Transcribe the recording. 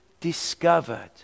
discovered